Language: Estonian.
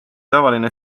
tavaline